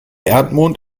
erdmond